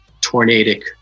tornadic